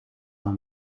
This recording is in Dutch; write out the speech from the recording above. aan